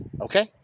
Okay